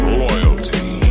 loyalty